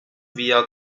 via